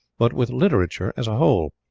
but with literature as a whole,